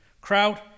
Kraut